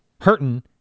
hurting